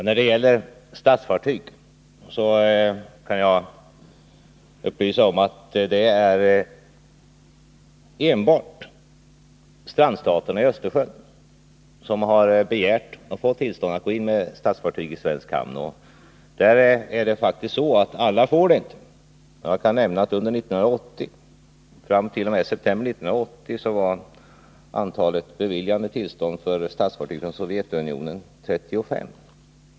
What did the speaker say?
Herr talman! Jag kan upplysa om att det enbart är strandstaterna vid Östersjön som har begärt och fått tillstånd att gå in med statsfartyg i svenska hamnar. Det är faktiskt så att alla inte får tillstånd. Jag kan nämna att under 1980 fram t.o.m. september månad var antalet beviljade tillstånd för statsfartyg från Sovjetunionen 35.